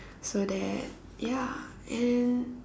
so that ya and